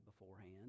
beforehand